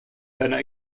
seiner